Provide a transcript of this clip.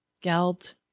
Geld